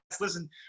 listen